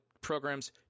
program's